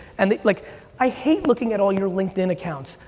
and like i hate looking at all your linkedin accounts.